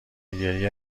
گریه